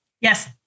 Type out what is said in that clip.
Yes